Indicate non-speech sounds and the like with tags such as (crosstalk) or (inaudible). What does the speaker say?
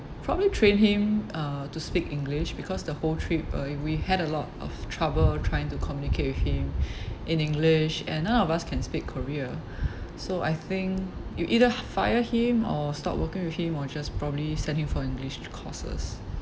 probably train him uh to speak english because the whole trip uh we had a lot of trouble trying to communicate with him (breath) in english and none of us can speak korea (breath) so I think you either fire him or stop working with him or just probably send him for english courses